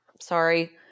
sorry